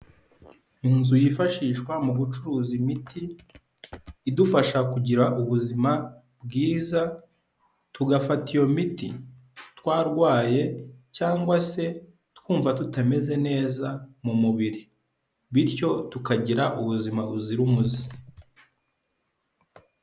Inzu yifashishwa mu gucuruza imiti idufasha kugira ubuzima bwiza tugafata iyo miti twarwaye cyangwa se twumva tutameze neza mu mubiri bityo tukagira ubuzima buzira umuze.